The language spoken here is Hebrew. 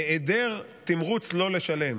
היעדר תמרוץ לא לשלם.